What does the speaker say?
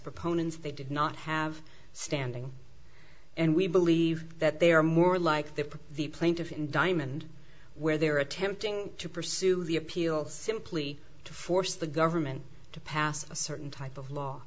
proponents they did not have standing and we believe that they are more like they put the plaintiff in diamond where they're attempting to pursue the appeal simply to force the government to pass a certain type of law